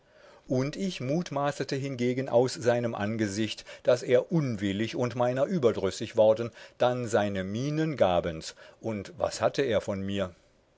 und ich mutmaßete hingegen aus seinem angesicht daß er unwillig und meiner überdrüssig worden dann seine mienen gabens und was hatte er von mir